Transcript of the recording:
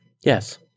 yes